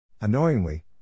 Annoyingly